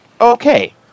okay